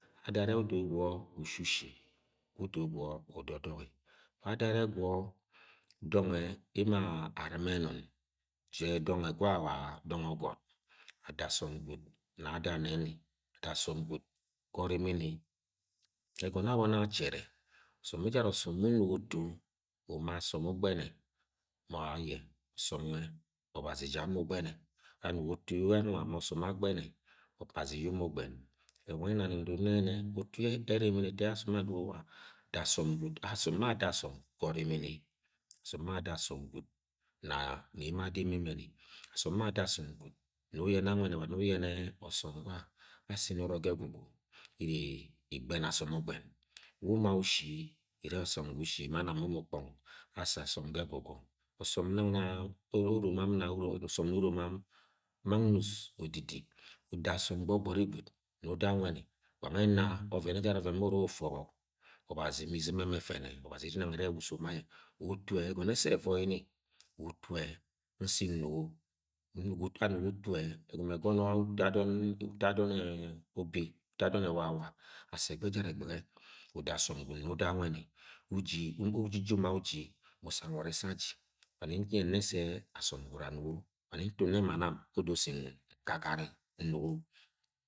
Adono arnẹ odo gwọ ushushi odo gwọ udodogi adono anẹ gwo dọnghe emo artma. Inun je dọnge gwa wa dọng-ẹ- ogọt ada asọm gwud nẹ ada nẹ ni, da asọm gwud ya orimini egọnọ abọni achere ọsọm ẹjara ọsọm we unuge utu uma asọm ugbẹni ma aye ọsọm nwẹ ọbazi ja mọ ugbene anugo utu ye anung ama ọsọm agbẹnẹ obazi ye umugben wange e ẹmani ndono nẹ yẹ nẹ da asọm gwud asọm be ada asọm ga orimini asom be ada asọm gwud na nẹ emo ada emo ẹmẹn asọm be ada asọna gwud nẹ uyene anwẹni wa nẹ uyene, ọsọm gwa asi nọnọ ga, ẹgwugwu, iri igben asom ugben we uma ushi ine ọsọm gwo ushi ma nam umu kpong asi asọm ga egwugwu osom nang na uromo am ọsọm uromo am magnua odidi uda asọm gbo gbọri gwud nẹ uda ang wẹni wa nwẹ ẹna ọvẹn ejara oven mẹ ure ufe obọk ọbazi me iztm ẹmẹ efene, obazi ere inang ene ewa uso ma aye wa utu-e- egọnọ ẹsẹ evoi ni, wa utu-e ye nsi nugo nugo anugo utu-e egono egono uto adom, uto adom ne ubi uto adom nẹ wa-wa asi ẹgbe ejara egbe ge uda asọm gwud nẹ uda anwenu uji uji ji uma uji mu usang une se adi ulome nyene se asọm gwud anugo wa ne ntum nẹ ma nam odo sẹ ngagari nugo.